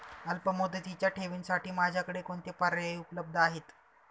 अल्पमुदतीच्या ठेवींसाठी माझ्याकडे कोणते पर्याय उपलब्ध आहेत?